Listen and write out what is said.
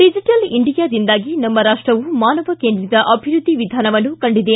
digital ಇಂಡಿಯಾದಿಂದಾಗಿ ನಮ್ಮ ರಾಷ್ಟವು ಮಾನವ ಕೇಂದ್ರಿತ ಅಭಿವೃದ್ಧಿ ವಿಧಾನವನ್ನು ಕಂಡಿದೆ